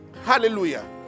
hallelujah